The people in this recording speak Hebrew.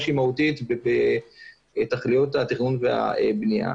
שהיא מהותית בתכליות התכנון והבנייה.